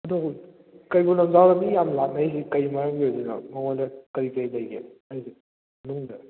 ꯑꯗꯣ ꯀꯩꯕꯨꯜ ꯂꯝꯖꯥꯎꯗ ꯃꯤꯌꯥꯝ ꯂꯥꯛꯅꯩꯁꯤ ꯀꯩ ꯃꯔꯝꯒꯤ ꯑꯣꯏꯗꯣꯏꯅꯣ ꯃꯉꯣꯟꯗ ꯀꯔꯤ ꯀꯔꯤ ꯂꯩꯒꯦ ꯍꯥꯏꯗꯤ ꯃꯅꯨꯡꯗ